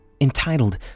entitled